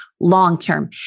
long-term